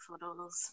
photos